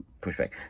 pushback